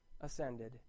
ascended